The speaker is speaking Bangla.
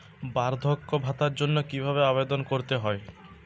বার্ধক্য ভাতার জন্য কিভাবে আবেদন করতে হয়?